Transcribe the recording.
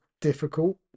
difficult